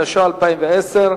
התש"ע 2010,